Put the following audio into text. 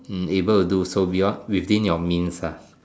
hmm able to do so without within your means ah